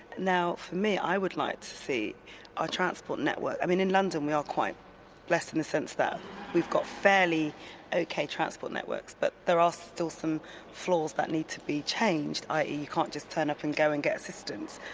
now for me i would like to see our transport network, i mean in london we are quite blessed in the sense that we've got fairly okay transport networks but there are still some flaws that need to be changed, i e. you can't just turn up and go and get assistance.